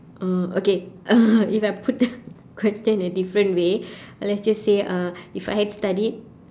uh okay uh if I put the question in a different way let's just say uh if I had studied